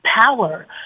power